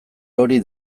hori